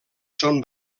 són